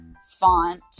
font